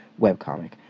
webcomic